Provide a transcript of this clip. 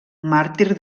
màrtir